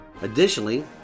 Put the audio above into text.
Additionally